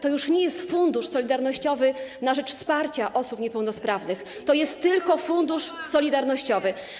To już nie jest fundusz solidarnościowy na rzecz wsparcia osób niepełnosprawnych, to jest tylko Fundusz Solidarnościowy.